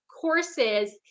courses